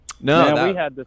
No